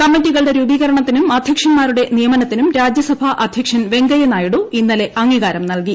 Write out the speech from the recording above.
കമ്മിറ്റികളുടെ രൂപീകരണത്തിനും അധ്യക്ഷന്മാരുടെ നിയമനത്തിനും രാജ്യസഭാ അധ്യക്ഷൻ വെങ്കയ്യ നായിഡു ഇന്നലെ അംഗീകാരം നൽകി